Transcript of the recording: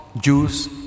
Jews